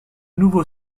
nouveau